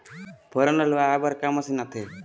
फोरन ला लुआय बर का मशीन आथे?